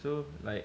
so like